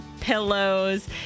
pillows